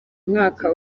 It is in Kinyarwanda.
mwaka